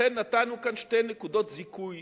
לכן נתנו כאן שתי נקודות זיכוי